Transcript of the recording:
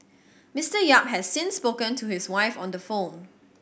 Mister Yap has since spoken to his wife on the phone